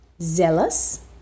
Zealous